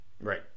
Right